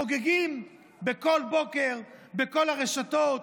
חוגגים כל בוקר בכל הרשתות,